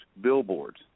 billboards